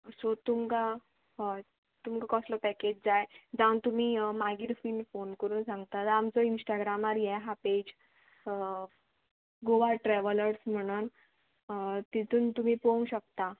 so तुमकां हय तुमकां कसलो पॅकेज जाय जावन तुमी मागीर फिन फोन करून सांगता जाल्या आमचो इंस्टाग्रामार हे आहा पेज गोवा ट्रेवलर्स म्हणून तितून तुमी पळोवंक शकता